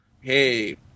Hey